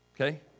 Okay